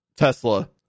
Tesla